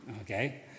okay